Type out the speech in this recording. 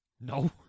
No